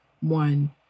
one